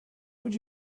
would